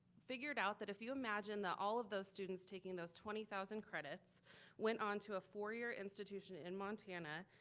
figured out that if you imagine that all of those students taking those twenty thousand credits went on to a four-year institution in montana,